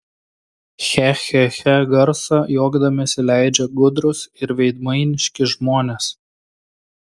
che che che garsą juokdamiesi leidžia gudrūs ir veidmainiški žmonės